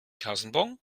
kassenbon